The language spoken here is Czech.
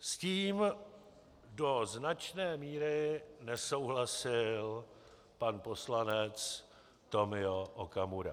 S tím do značné míry nesouhlasil pan poslanec Tomio Okamura.